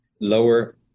lower